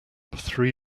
three